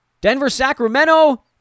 Denver-Sacramento